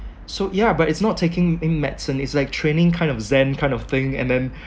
so ya but it's not taking in medicine it's like training kind of zen kind of thing and then